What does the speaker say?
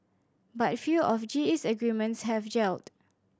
but few of G E's agreements have gelled